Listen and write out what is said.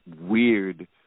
weird